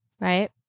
Right